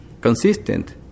consistent